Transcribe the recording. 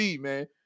man